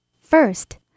First